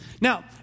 Now